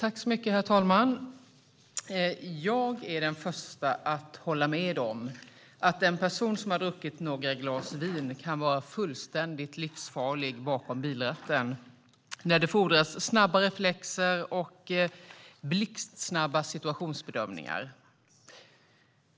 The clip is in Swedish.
Herr talman! Jag är den första att hålla med om att den person som har druckit några glas vin kan vara fullständigt livsfarlig bakom bilratten när det fordras snabba reflexer och blixtsnabba situationsbedömningar.